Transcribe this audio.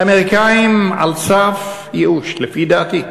האמריקנים על סף ייאוש, לפי דעתי.